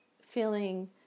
feeling